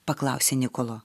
paklausė nikolo